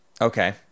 Okay